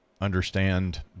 understand